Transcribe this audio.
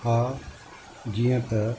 हा जीअं त